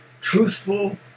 truthful